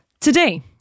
Today